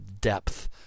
depth